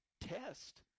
test